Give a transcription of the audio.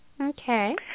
Okay